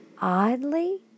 Oddly